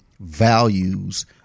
values